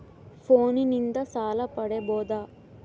ಫೋನಿನಿಂದ ಸಾಲ ಪಡೇಬೋದ?